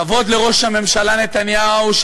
כבוד לראש הממשלה נתניהו,